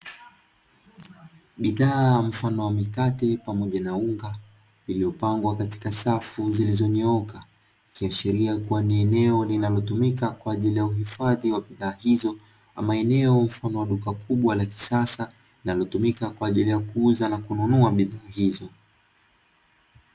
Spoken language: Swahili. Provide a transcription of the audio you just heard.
Bidhaa mfano wa mikate pamoja na unga, iliyopangwa katika safu zilizonyooka. Ikiashiria kuwa ni eneo linalotumika kwa ajili ya uhifadhi wa bidhaa hizo, ama eneo mfano wa duka kubwa la kisasa linalotumika kwa ajili ya kuuza na kununua bidhaa hizo.